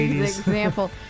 example